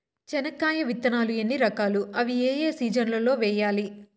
చెనక్కాయ విత్తనాలు ఎన్ని రకాలు? అవి ఏ ఏ సీజన్లలో వేయాలి?